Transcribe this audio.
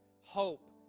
hope